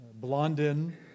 Blondin